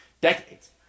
decades